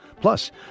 Plus